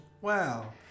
Wow